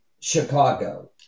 Chicago